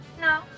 No